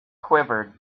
quivered